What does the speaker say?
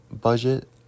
Budget